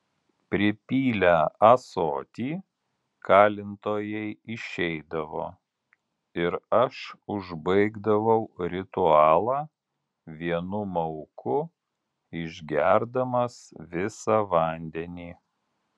pripylę ąsotį kalintojai išeidavo ir aš užbaigdavau ritualą vienu mauku išgerdamas visą vandenį